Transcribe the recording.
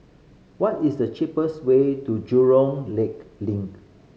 what is the cheapest way to Jurong Lake Link